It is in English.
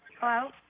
Hello